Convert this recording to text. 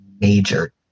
major